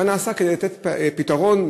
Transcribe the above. כדי לתת פתרון,